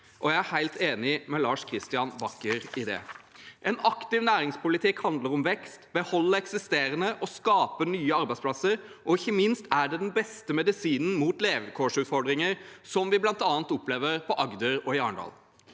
Jeg er helt enig med Lars Christian Bacher i det. En aktiv næringspolitikk handler om vekst, beholde eksisterende og skape nye arbeidsplasser, og ikke minst er det den beste medisinen mot levekårsutfordringer, som vi bl.a. opplever i Agder og Arendal.